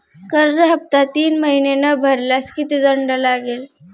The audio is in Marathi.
कर्ज हफ्ता तीन महिने न भरल्यास किती दंड लागेल?